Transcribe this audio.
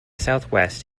southwest